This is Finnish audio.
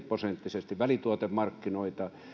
prosenttisesti välituotemarkkinoita